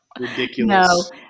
Ridiculous